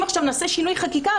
אם עכשיו נעשה שינוי חקיקה,